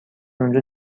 اونجا